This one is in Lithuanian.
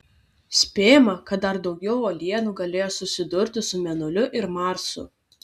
spėjama kad dar daugiau uolienų galėjo susidurti su mėnuliu ir marsu